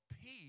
peace